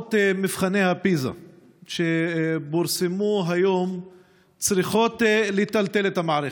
תוצאות מבחני הפיז"ה שפורסמו היום צריכות לטלטל את המערכת,